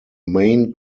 main